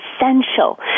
essential